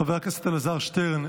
חבר הכנסת אלעזר שטרן,